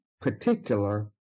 particular